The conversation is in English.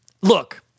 look